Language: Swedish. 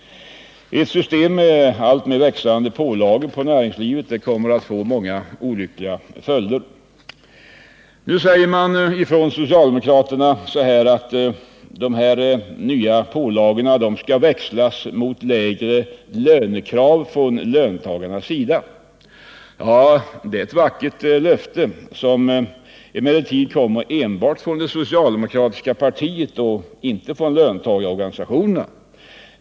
Ett system med alltmer växande pålagor på näringslivet kommer att få många olyckliga följder. På socialdemokratiskt håll säger man att dessa nya pålagor skall växlas ut mot lägre lönekrav från löntagarnas sida. Det är ett vackert löfte, som emellertid kommer enbart från det socialdemokratiska partiet och inte från löntagarorganisationerna.